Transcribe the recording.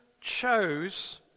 chose